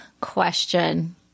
question